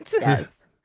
Yes